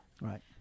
Right